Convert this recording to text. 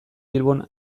bilbon